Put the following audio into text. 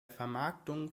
vermarktung